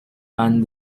and